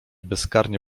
bezkarnie